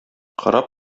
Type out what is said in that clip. кораб